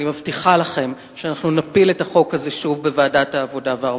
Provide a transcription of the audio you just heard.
אני מבטיחה לכם שאנחנו נפיל את החוק הזה שוב בוועדת העבודה והרווחה.